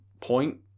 point